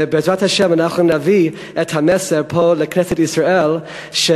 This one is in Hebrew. ובעזרת השם אנחנו נביא את המסר לכנסת ישראל פה,